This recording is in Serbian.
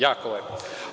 Jako lepo.